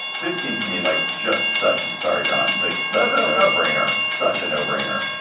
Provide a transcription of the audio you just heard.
this seems to me like just such. sorry, john dick saga, no brainer such a no brainer.